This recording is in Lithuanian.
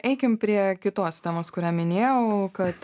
eikim prie kitos temos kurią minėjau kad